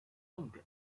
重点